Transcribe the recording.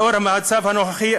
לאור המצב הנוכחי,